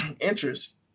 interest